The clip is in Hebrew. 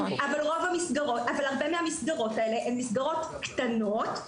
הרבה מהמסגרות האלה הן מסגרות קטנות,